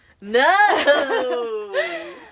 No